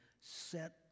set